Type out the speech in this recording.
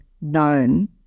known